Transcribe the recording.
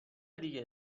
دیگه